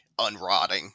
unrotting